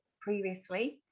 previously